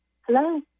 Hello